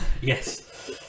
yes